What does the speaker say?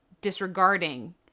disregarding